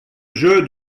jeu